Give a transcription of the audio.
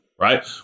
right